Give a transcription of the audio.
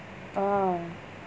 orh